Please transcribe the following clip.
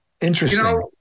interesting